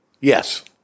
yes